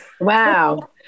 Wow